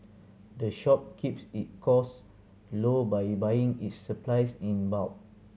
the shop keeps it costs low by buying its supplies in bulk